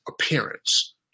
appearance